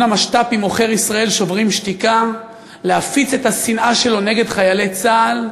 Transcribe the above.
המשת"פים עוכר ישראל "שוברים שתיקה" להפיץ את השנאה שלו נגד חיילי צה"ל,